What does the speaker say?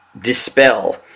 dispel